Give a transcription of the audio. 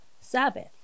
Sabbath